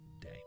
day